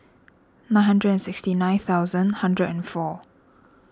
nine hundred and sixty nine thousand hundred and four